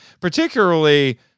particularly